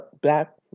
black